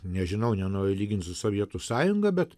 nežinau nenoriu lygint su sovietų sąjunga bet